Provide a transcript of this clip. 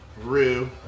Rue